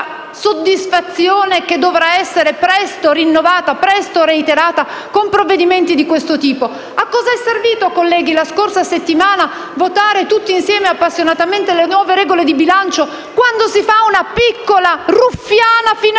soddisfazione che dovrà essere presto reiterata con provvedimenti di questo tipo? A cosa è servito, colleghi, la scorsa settimana votare tutti insieme appassionatamente le nuove regole di bilancio, quando si fa una piccola, ruffiana finanziaria